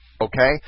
okay